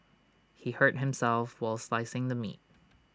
he hurt himself while slicing the meat